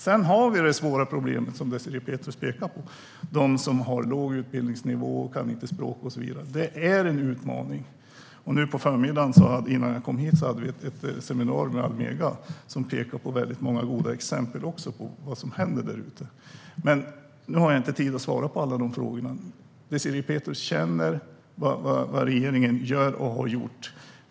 Sedan har vi det svåra problem som Désirée Pethrus pekar på, det vill säga de som har låg utbildningsnivå, inte kan språket och så vidare. Det är en utmaning, men nu på förmiddagen, innan jag kom hit, hade vi ett seminarium med Almega som också pekade på väldigt många goda exempel på vad som händer där ute. Jag har inte tid att svara på alla frågor nu, men Désirée Pethrus känner till vad regeringen gör och har gjort.